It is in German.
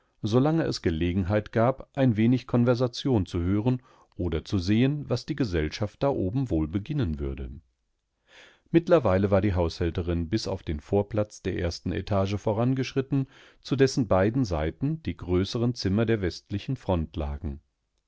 es gelegenheit gab ein wenig konversation zu hören oder zu sehen was die gesellschaftdaobenwohlbeginnenwürde mittlerweile war die haushälterin bis auf den vorplatz der ersten etage vorangeschritten zu dessen beiden seiten die größeren zimmer der westlichen front lagen